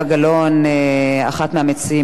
אחת מהמציעים של הצעת החוק.